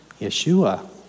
Yeshua